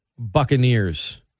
Buccaneers